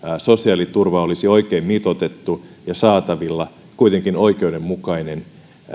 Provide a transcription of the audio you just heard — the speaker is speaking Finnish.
sosiaaliturva olisi oikein mitoitettu ja saatavilla kuitenkin oikeudenmukainen